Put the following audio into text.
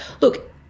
look